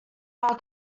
are